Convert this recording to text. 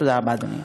תודה רבה, אדוני.